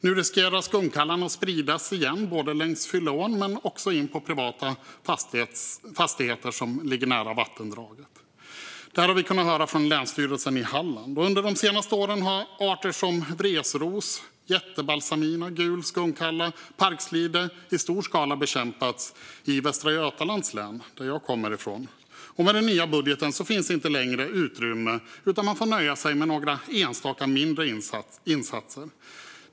Nu riskerar skunkkallan att spridas igen både längs Fylleån men också in på privata fastigheter som ligger nära vattendraget. Det har vi kunnat höra från Länsstyrelsen i Halland. Under de senaste åren har arter som vresros. jättebalsamin, gul skunkkalla och parkslide i stor skala bekämpats i Västra Götalands län, där jag kommer ifrån. Med den nya budgeten finns inte längre utrymme, utan man får nöja sig med några enstaka mindre insatser.